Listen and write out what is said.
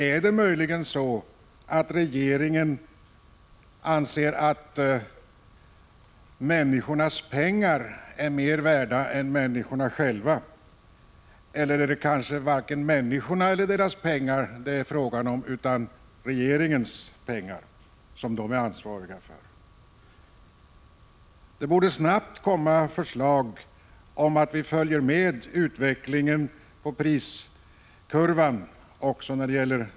Är det möjligen så att regeringen anser att människornas pengar är mer värda än människorna själva? Eller är det kanske varken människorna eller deras pengar det är fråga om utan de pengar regeringen är ansvarig för? Det borde snabbt komma förslag om att låta priserna på vin och sprit följa den allmänna prisutvecklingen.